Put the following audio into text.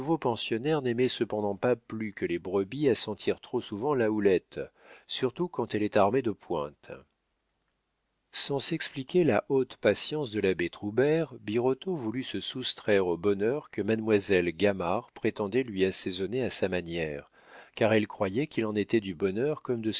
pensionnaire n'aimait cependant pas plus que les brebis à sentir trop souvent la houlette surtout quand elle est armée de pointes sans s'expliquer la haute patience de l'abbé troubert birotteau voulut se soustraire au bonheur que mademoiselle gamard prétendait lui assaisonner à sa manière car elle croyait qu'il en était du bonheur comme de